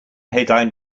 headline